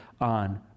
on